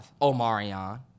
Omarion